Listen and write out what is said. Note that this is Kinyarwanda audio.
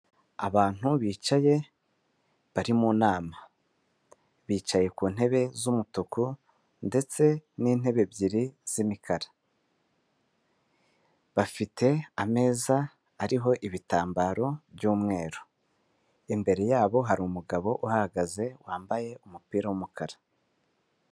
Abantu bicaye bari mu nama. Bicaye ku ntebe z'umutuku, ndetse n'intebe ebyiri z'imikara. Bafite ameza ariho ibitambaro by'umweru. Imbere yabo hari umugabo uhahagaze wambaye umupira w'umukara.